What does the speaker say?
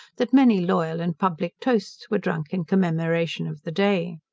that many loyal and public toasts were drank in commemoration of the day.